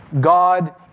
God